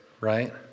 Right